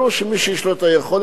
ברור שמי שיש לו היכולת,